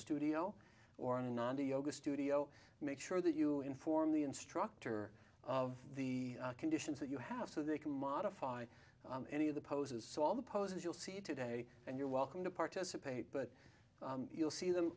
studio or an anon do yoga studio make sure that you inform the instructor of the conditions that you have so they can modify any of the poses so all the poses you'll see today and you're welcome to participate but you'll see them